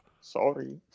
Sorry